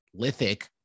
Lithic